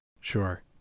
Sure